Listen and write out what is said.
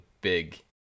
big